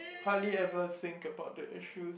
hardly ever think about the issues